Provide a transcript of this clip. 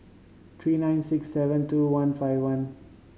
three nine six seven two one five one